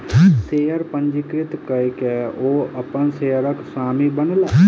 share पंजीकृत कय के ओ अपन शेयरक स्वामी बनला